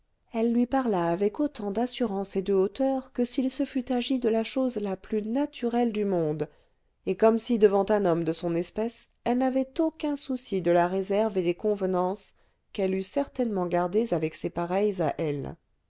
elle lui parla avec autant d'assurance et de hauteur que s'il se fût agi de la chose la plus naturelle du monde et comme si devant un homme de son espèce elle n'avait aucun souci de la réserve et des convenances qu'elle eût certainement gardées avec ses pareils à elle